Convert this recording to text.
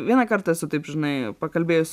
vieną kartą esu taip žinai pakalbėjus